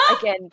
again